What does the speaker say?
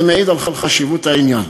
זה מעיד על חשיבות העניין.